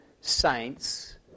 saints